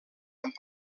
amb